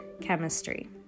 Chemistry